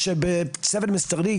שבצוות משרדי,